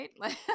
right